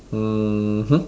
mmhmm